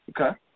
Okay